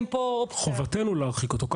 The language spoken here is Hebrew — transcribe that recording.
לא,